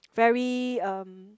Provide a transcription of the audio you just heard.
very um